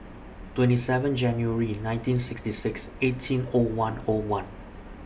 twenty seven January nineteen sixty six eighteen O one O one